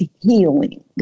healing